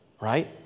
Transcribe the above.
right